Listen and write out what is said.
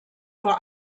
vor